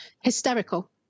hysterical